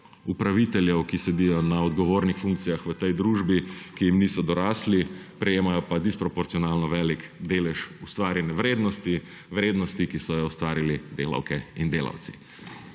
upraviteljev, ki sedijo na odgovornih funkcijah v tej družbi, ki jim niso dorasli, prejemajo pa disproporcionalno velik delež ustvarjene vrednosti, vrednosti, ki so jo ustvarili delavke in delavci.